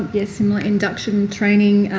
yeah my induction training,